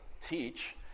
teach